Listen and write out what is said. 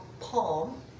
palm